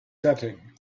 setting